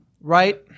right